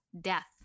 death